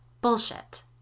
Bullshit